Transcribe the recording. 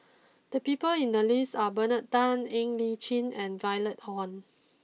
the people in the list are Bernard Tan Ng Li Chin and Violet Oon